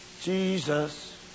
Jesus